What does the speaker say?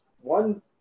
one